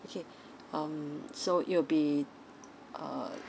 okay um so it will be uh